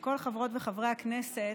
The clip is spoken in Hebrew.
כל חברי וחברת הכנסת,